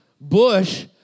Bush